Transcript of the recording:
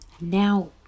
Now